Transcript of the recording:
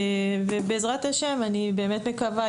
בעזרת השם אני באמת מקווה.